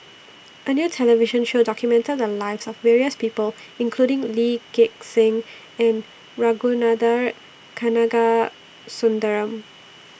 A New television Show documented The Lives of various People including Lee Gek Seng and Ragunathar Kanagasuntheram